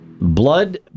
Blood